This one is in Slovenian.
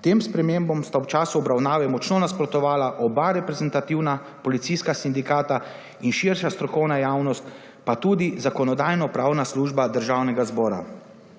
Tem spremembam sta ob času obravnave močno nasprotovala oba reprezentativna policijska sindikata in širša strokovna javnost, pa tudi Zakonodajno-pravna služba Državnega zbora.